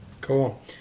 Cool